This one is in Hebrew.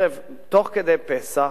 תוך כדי פסח